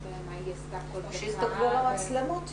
הכל סופר חשוב,